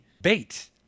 bait